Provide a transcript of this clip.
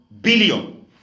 billion